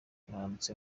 mwaramutse